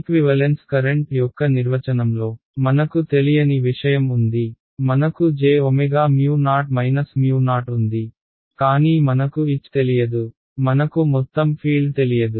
equivalence current యొక్క నిర్వచనంలో మనకు తెలియని విషయం ఉంది మనకు jωO O ఉంది కానీ మనకు H తెలియదు మనకు మొత్తం ఫీల్డ్ తెలియదు